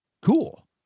cool